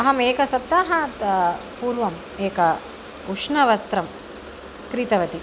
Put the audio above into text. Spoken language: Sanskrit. अहम् एक सप्ताहात् पूर्वम् एकम् उष्णवस्त्रं क्रीतवती